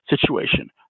situation